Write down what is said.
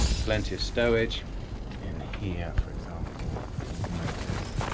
plenty of stowage in here, for example you notice